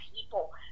people